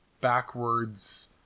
backwards